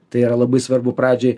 tai yra labai svarbu pradžiai